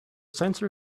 sensor